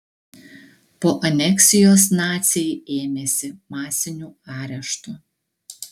po aneksijos naciai ėmėsi masinių areštų